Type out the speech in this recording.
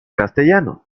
castellano